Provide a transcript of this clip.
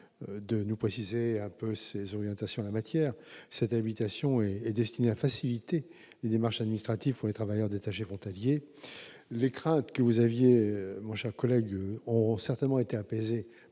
de préciser quelque peu ses orientations en la matière. Cette habilitation est destinée à faciliter les démarches administratives pour les travailleurs détachés frontaliers. Les craintes que vous aviez, mon cher collègue, auront certainement été apaisées par